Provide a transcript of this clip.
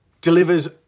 delivers